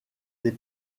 des